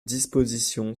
disposition